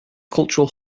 cultural